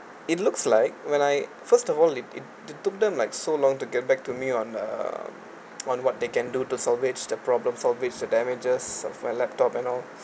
it looks like when I first of all it it it took them like so long to get back to me on uh what what they can do to salvage the problems salvage the damages of my laptop and all